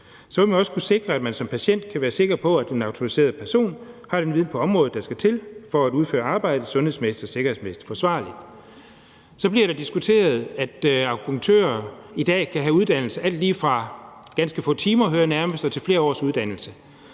Så vil vi også kunne sikre, at man som patient kan være sikker på, at den autoriserede person har den viden på området, der skal til, for at udføre arbejdet sundhedsmæssigt og sikkerhedsmæssigt forsvarligt. Så bliver det diskuteret, at akupunktører i dag kan have uddannelse alt lige fra ganske få timer, hører jeg nærmest, og til flere års uddannelse.